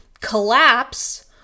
collapse